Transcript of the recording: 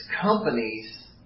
companies